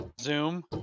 Zoom